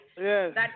yes